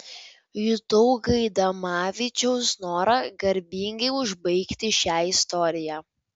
jutau gaidamavičiaus norą garbingai užbaigti šią istoriją